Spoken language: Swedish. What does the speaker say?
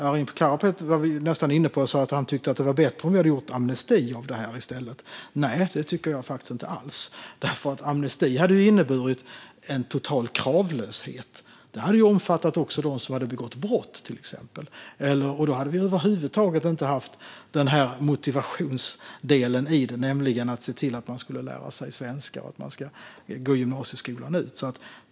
Arin Karapet var nästan inne på att det hade varit bättre att vi hade utfärdat amnesti i stället. Det tycker jag inte alls. Amnesti hade inneburit en total kravlöshet. Det hade också omfattat dem som hade begått brott, till exempel. Då hade vi över huvud taget inte haft motivationsdelen i det, nämligen att se till att lära sig svenska och gå ut gymnasieskolan.